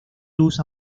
luz